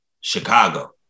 Chicago